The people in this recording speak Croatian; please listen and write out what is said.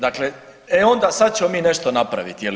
Dakle, e onda sada ćemo mi nešto napraviti, je li?